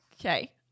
Okay